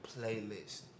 playlist